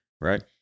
right